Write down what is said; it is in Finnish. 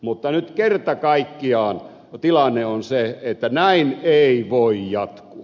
mutta nyt kerta kaikkiaan tilanne on se että näin ei voi jatkua